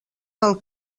del